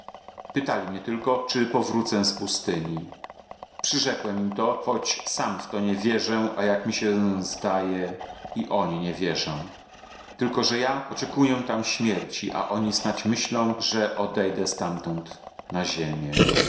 pytali mnie tylko czy powrócę z pustyni przyrzekłem im to choć sam w to nie wierzę a jak mi się zdaje i oni nie wierzą tylko że ja oczekuję tam śmierci a oni snadź myślą że odejdę stamtąd na ziemię